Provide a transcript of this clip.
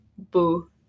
Boo